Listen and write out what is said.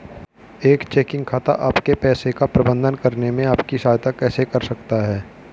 एक चेकिंग खाता आपके पैसे का प्रबंधन करने में आपकी सहायता कैसे कर सकता है?